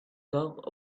thought